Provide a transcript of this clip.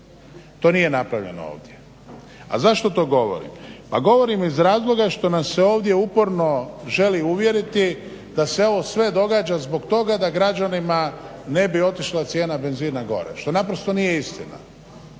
To nije napravljeno ovdje. A zašto to govorim? Pa govorim iz razloga što nas se uporno ovdje želi uvjeriti da se ovo sve događa zbog toga da građanima ne bi otišla cijena benzina gore, što naprosto nije istina.